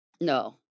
no